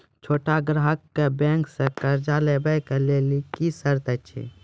छोट ग्राहक कअ बैंक सऽ कर्ज लेवाक लेल की सर्त अछि?